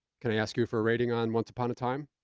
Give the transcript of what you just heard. can i ask you for a rating on once upon a time?